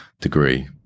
degree